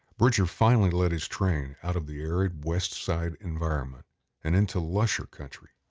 bridger finally led his train out of the arid west side environment and into lusher country.